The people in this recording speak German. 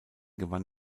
gewann